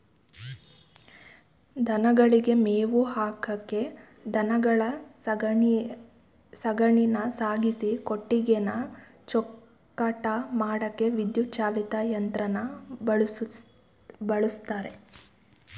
ದನಗಳಿಗೆ ಮೇವು ಹಾಕಕೆ ದನದ ಸಗಣಿನ ಸಾಗಿಸಿ ಕೊಟ್ಟಿಗೆನ ಚೊಕ್ಕಟ ಮಾಡಕೆ ವಿದ್ಯುತ್ ಚಾಲಿತ ಯಂತ್ರನ ಬಳುಸ್ತರೆ